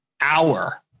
hour